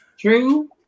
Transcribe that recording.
true